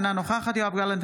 אינה נוכחת יואב גלנט,